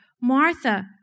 Martha